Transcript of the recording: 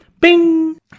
Bing